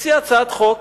הציע הצעת חוק,